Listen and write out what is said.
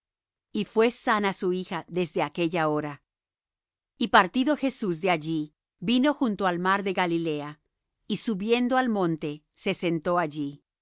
y fué sana su hija desde aquella hora y partido jesús de allí vino junto al mar de galilea y subiendo al monte se sentó allí